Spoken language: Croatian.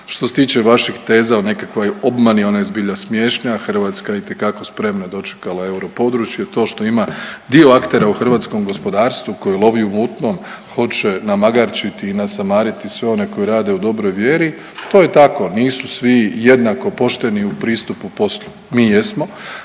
Što se tiče vaših teza o nekakvoj obmani, ono je zbilja smiješna, Hrvatska je itekako spremna dočekala europodručje, to što ima dio aktera u hrvatskom gospodarstvu koje lovi u mutnom, hoće namagarčiti i nasamariti sve one koji rade u dobroj vjeri, to je tako, nisu svi jednako pošteni u pristupu poslu. Mi jesmo